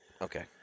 okay